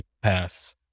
pass